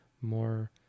more